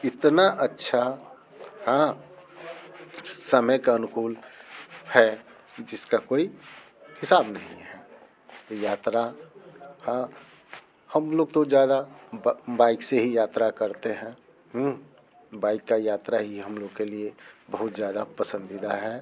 इतना अच्छा हाँ समय का अनुकूल है जिसका कोई हिसाब नहीं है यात्रा हँ हम लोग तो ज़्यादा बाइक से ही यात्रा करते हैं बाइक का यात्रा ही हम लोग के लिए बहुत ज़्यादा पसंदीदा है